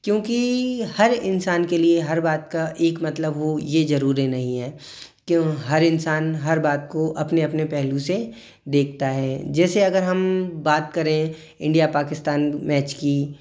क्योंकि हर इंसान के लिए हर बात का एक मतलब हो ये जरूरी नहीं है क्यों हर इंसान हर बात को अपने अपने पहलू से देखता है जैसे अगर हम बात करें इंडिया पाकिस्तान मैच की